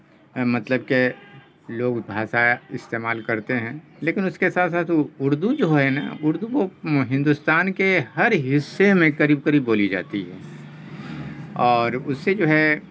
مطلب کہ لوگ بھاشا استعمال کرتے ہیں لیکن اس کے ساتھ ساتھ وہ اردو جو ہے نا اردو ہندوستان کے ہر حصے میں قریب قریب بولی جاتی ہے اور اس سے جو ہے